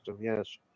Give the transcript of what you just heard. yes